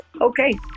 Okay